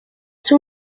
two